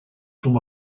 from